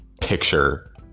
picture